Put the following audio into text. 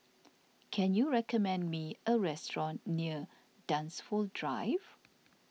can you recommend me a restaurant near Dunsfold Drive